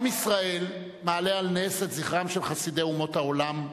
עם ישראל מעלה על נס את זכרם של חסידי אומות העולם,